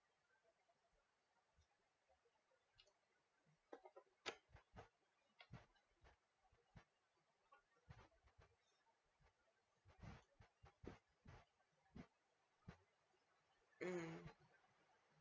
mm